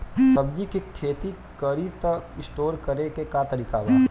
सब्जी के खेती करी त स्टोर करे के का तरीका बा?